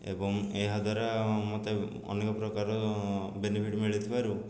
ଏବଂ ଏହାଦ୍ଵାରା ମୋତେ ଅନେକ ପ୍ରକାର ବେନିଫିଟ୍ ମିଳିଥିବାରୁ